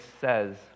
says